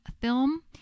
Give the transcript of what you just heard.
film